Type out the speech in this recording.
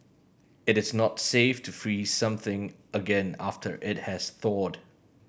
it is not safe to freeze something again after it has thawed